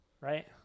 Right